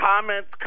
Comments